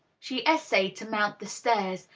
she essayed to mount the stairs,